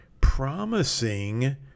promising